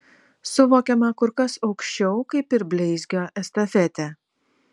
suvokiama kur kas aukščiau kaip ir bleizgio estafetė